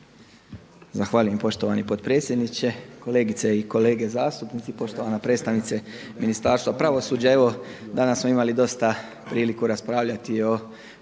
Zahvaljujem poštovani potpredsjedniče, kolegice i kolege zastupnici, poštovana predstavnice Ministarstva pravosuđa. Evo danas smo imali dosta priliku raspravljati o